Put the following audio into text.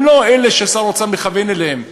הם לא אלה ששר האוצר מכוון אליהם.